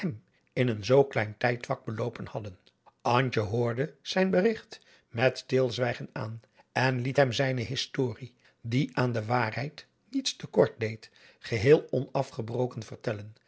wouter blommesteyn zoo klein tijdvak beloopen hadden antje hoorde zijn berigt met stilzwijgen aan en liet hem zijne historie die aan de waarheid niets te kort deed geheel onasgebroken vertellen